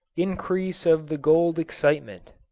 increase of the gold excitement